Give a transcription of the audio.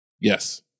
Yes